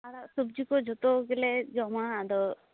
ᱟᱲᱟᱜ ᱥᱚᱵᱽᱡᱤ ᱠᱚ ᱡᱚᱛᱚ ᱜᱮᱞᱮ ᱡᱚᱢᱟ ᱟᱫᱚ